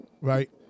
Right